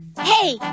Hey